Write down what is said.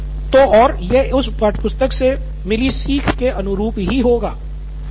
नितिन कुरियन और तो और यह उस पाठ्यपुस्तक से मिली सीख के अनुरूप ही होगा